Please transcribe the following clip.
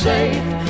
safe